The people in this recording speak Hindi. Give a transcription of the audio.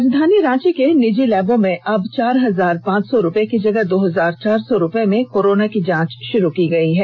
राजधानी रांची के निजी लैबों में अब चार हजार पांच सौ रुपये की जगह दो हजार चार सौ रुपये में कोरोना की जांच षुरू की गई है